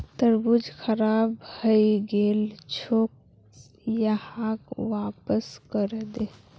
तरबूज खराब हइ गेल छोक, यहाक वापस करे दे